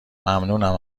ممنونم